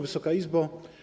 Wysoka Izbo!